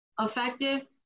effective